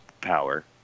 power